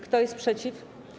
Kto jest przeciw?